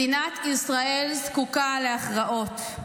מדינת ישראל זקוקה להכרעות.